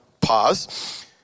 pause